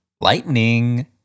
Lightning